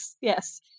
yes